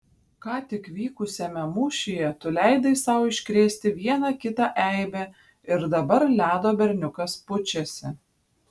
ką tik vykusiame mūšyje tu leidai sau iškrėsti vieną kitą eibę ir dabar ledo berniukas pučiasi